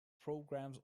programs